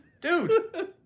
Dude